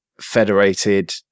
federated